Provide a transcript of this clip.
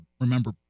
remember